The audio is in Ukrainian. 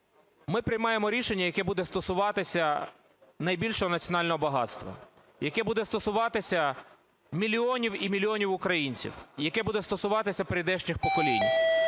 ми приймаємо рішення, яке буде стосуватися найбільшого національного багатства, яке буде стосуватися мільйонів і мільйонів українців, яке буде стосуватися прийдешніх поколінь.